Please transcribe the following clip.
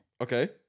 Okay